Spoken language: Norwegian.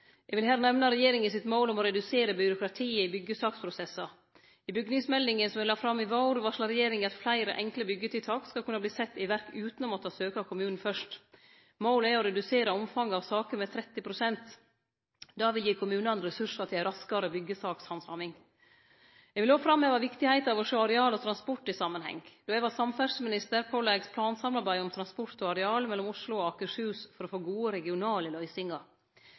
Eg vil her nemne regjeringas mål om å redusere byråkratiet i byggjesakprosessar. I bygningsmeldinga som eg la fram i vår, varsla regjeringa at fleire enkle byggjetiltak skal kunne verte sette i verk, utan å måtte søkje kommunen fyrst. Målet er å redusere omfanget av saker med 30 pst. Det vil gi kommunane ressursar til ei raskare byggjesakshandsaming. Eg vil òg framheve viktigheita av å sjå areal og transport i samanheng. Då eg var samferdsleminister, påla eg plansamarbeid om transport og areal mellom Oslo og Akershus for å få gode regionale løysingar.